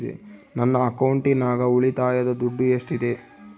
ನನ್ನ ಅಕೌಂಟಿನಾಗ ಉಳಿತಾಯದ ದುಡ್ಡು ಎಷ್ಟಿದೆ?